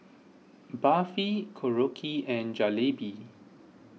Barfi Korokke and Jalebi